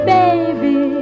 baby